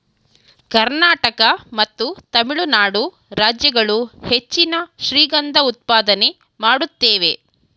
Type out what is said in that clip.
ಕರ್ನಾಟಕ ಮತ್ತು ತಮಿಳುನಾಡು ರಾಜ್ಯಗಳು ಹೆಚ್ಚಿನ ಶ್ರೀಗಂಧ ಉತ್ಪಾದನೆ ಮಾಡುತ್ತೇವೆ